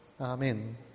Amen